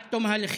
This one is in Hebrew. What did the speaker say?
עד תום ההליכים,